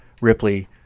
Ripley